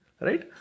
right